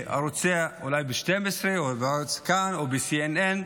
בערוץ 12 או בכאן או ב-CNN,